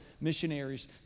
missionaries